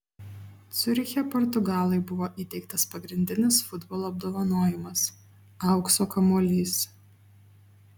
ciuriche portugalui buvo įteiktas pagrindinis futbolo apdovanojimas aukso kamuolys